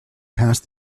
past